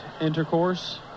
intercourse